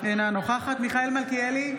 אינה נוכחת מיכאל מלכיאלי,